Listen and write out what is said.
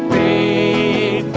a